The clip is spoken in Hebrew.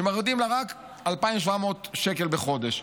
שמורידים לה רק 2,700 שקל בחודש,